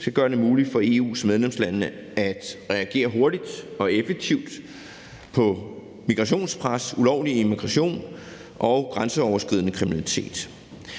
skal gøre det muligt for EU's medlemslande at reagere hurtigt og effektivt på migrationspres, ulovlig immigration og grænseoverskridende kriminalitet.